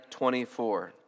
24